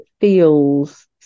feels